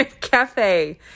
cafe